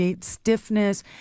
Stiffness